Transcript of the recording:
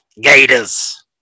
Gators